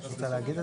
להגיד על